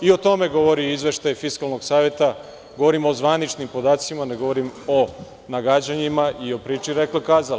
I o tome govori izveštaj Fiskalnog saveta, govorim o zvaničnim podacima, ne govorim o nagađanjima i o priči rekla-kazala.